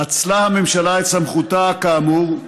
אצלה הממשלה את סמכותה, כאמור,